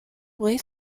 wait